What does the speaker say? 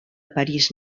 parís